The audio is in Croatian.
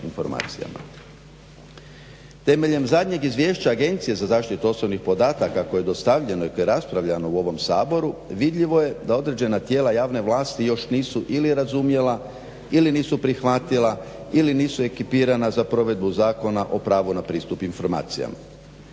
Temeljem zadnjeg izvješća Agencije za zaštitu osobnih podataka koje je dostavljeno i koje raspravljano u ovom saboru, vidljivo je da određena tijela javne vlasti još nisu ili razumjela ili nisu prihvatila ili nisu ekipirana za provedbu Zakona o pravu na pristup informacijama.